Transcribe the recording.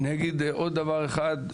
אני אגיד עוד דבר אחד.